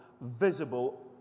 visible